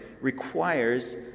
requires